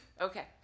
okay